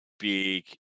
big